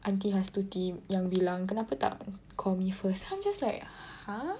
auntie Hastukim yang bilang kenapa tak call me first then I'm just like !huh!